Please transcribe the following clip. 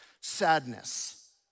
sadness